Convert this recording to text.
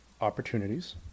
opportunities